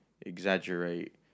exaggerate